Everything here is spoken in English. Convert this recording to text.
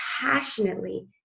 passionately